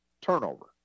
turnover